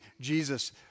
Jesus